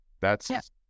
That's-